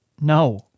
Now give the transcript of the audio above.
No